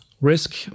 risk